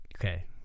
Okay